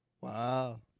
wow